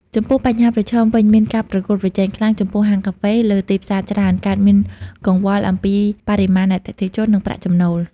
ចំពោះបញ្ហាប្រឈមវិញមានការប្រកួតប្រជែងខ្លាំង ចំនួនហាងកាហ្វេលើទីផ្សារច្រើន កើតមានកង្វល់អំពីបរិមាណអតិថិជន និងប្រាក់ចំណូល។